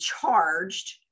charged